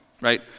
right